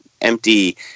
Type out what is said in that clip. empty